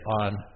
on